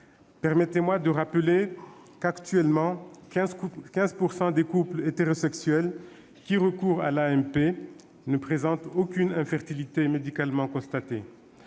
Permettez-moi de rappeler qu'actuellement 15 % des couples hétérosexuels qui recourent à l'AMP ne présentent aucune infertilité médicalement constatée.